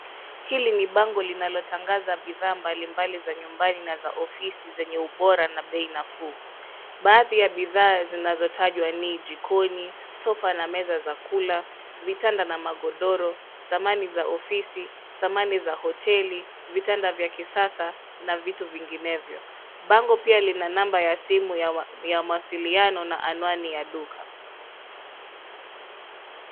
Hili ni bango linalotangaza bidhaa mbali mbali za nyumbani na za ofisi zenye ubora na bei nafuu. Baadhi ya bidhaa zinazotajwa ni jikoni, sofa na meza za kula, vitanda na magodoro, samani za ofisi, samani za hoteli, vitanda vya kisasa na vitu vinginevyo. Bango pia lina namba ya simu ya mawasiliano na anwani ya duka.